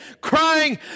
crying